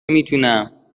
میتونم